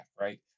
right